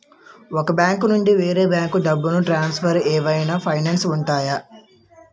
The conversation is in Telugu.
ఒక బ్యాంకు నుండి వేరే బ్యాంకుకు డబ్బును ట్రాన్సఫర్ ఏవైనా ఫైన్స్ ఉంటాయా?